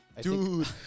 Dude